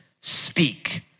speak